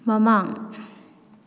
ꯃꯃꯥꯡ